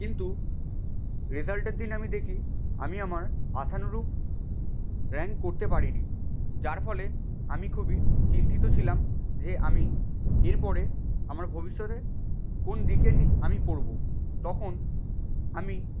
কিন্তু রেজাল্টের দিন আমি দেখি আমি আমার আশানুরূপ র্যাঙ্ক করতে পারি নি যার ফলে আমি খুবই চিন্তিত ছিলাম যে আমি এরপরে আমার ভবিষ্যতে কোন দিকের নিয়ে আমি পড়বো তখন আমি